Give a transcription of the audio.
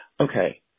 Okay